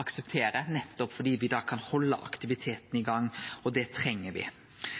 aksepterer, nettopp fordi me da kan halde aktiviteten i gang, og det treng